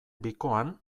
bikoan